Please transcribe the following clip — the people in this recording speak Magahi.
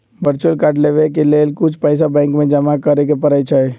वर्चुअल कार्ड लेबेय के लेल कुछ पइसा बैंक में जमा करेके परै छै